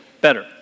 better